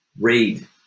Read